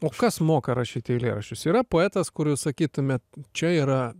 o kas moka rašyti eilėraščius yra poetas kur jūs sakytumėt čia yra